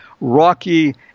rocky